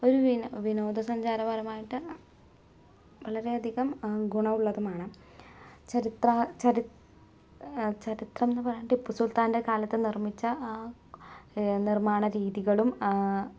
ഒരു വിനോ വിനോദസഞ്ചാര പരമായിട്ട് വളരെയധികം ഗുണം ഉള്ളതുമാണ് ചരിത്ര ചരി ചരിത്രം ഒന്ന് പറഞ്ഞു ടിപ്പുസുൽത്താൻറെ കാലത്തു നിർമ്മിച്ച നിർമ്മാണ രീതികളും